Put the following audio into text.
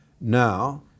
Now